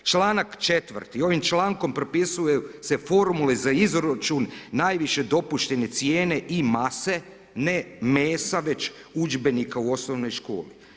Članak 4., ovim člankom propisuju se formule za izračun najviše dopuštene cijene i mase, ne mesa već udžbenika u osnovnoj školi.